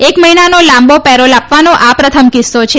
એક મહિનાનો લાંબો પેરોલ આપવાનો આ પ્રથમ કિસ્સો છે